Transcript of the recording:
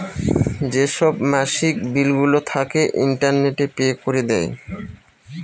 যেসব মাসিক বিলগুলো থাকে, ইন্টারনেটে পে করে দেয়